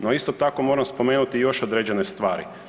No isto tako moram spomenuti još određene stvari.